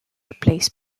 replaced